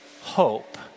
hope